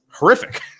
horrific